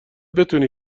بتونی